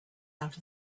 out